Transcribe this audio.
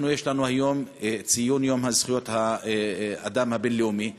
לנו יש היום ציון יום זכויות האדם הבין-לאומי,